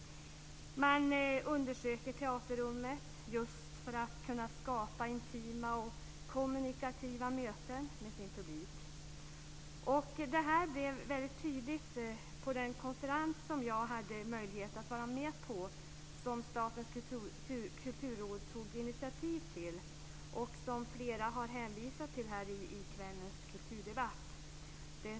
Man undersöker teaterrummet just för att kunna skapa intima och kommunikativa möten med sin publik. Detta blev väldigt tydligt på den konferens som jag hade möjlighet att vara med på och som Statens kulturråd tog initiativ till. Flera talare har under kvällens kulturdebatt här i kammaren hänvisat till den.